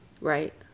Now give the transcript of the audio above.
Right